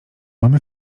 mamy